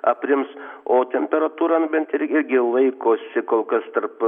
aprims o temperatūra bent ir irgi laikosi kol kas tarp